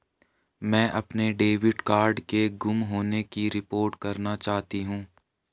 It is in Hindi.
मैं अपने डेबिट कार्ड के गुम होने की रिपोर्ट करना चाहती हूँ